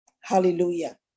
Hallelujah